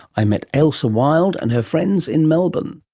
i met ailsa wild and her friends in melbourne.